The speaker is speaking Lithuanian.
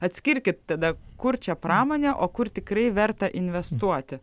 atskirkit tada kur čia pramonė o kur tikrai verta investuoti